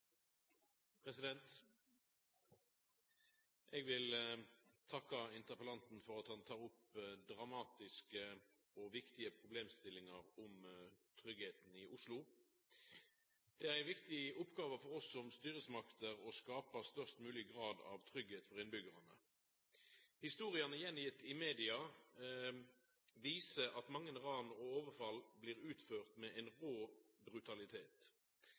Eg vil takka interpellanten for at han tek opp dramatiske og viktige problemstillingar om tryggleiken i Oslo. Det er ei viktig oppgåve for oss som styresmakter å skapa størst mogleg grad av tryggleik for innbyggjarane. Historiene gitt att i media viser at mange ran og overfall blir utførte med ein rå brutalitet.